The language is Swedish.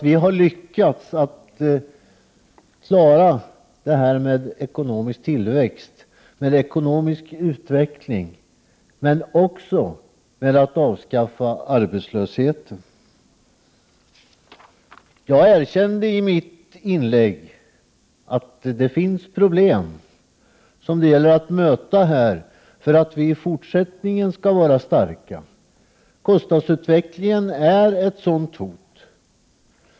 Vi har nämligen lyckats klara den ekonomiska tillväxten samtidigt som vi har avskaffat arbetslösheten. Jag erkände i mitt inlägg att det finns problem som det gäller att möta för att vi i fortsättningen skall kunna vara starka. Kostnadsutvecklingen utgör ett hot.